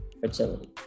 fertility